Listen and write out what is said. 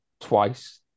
twice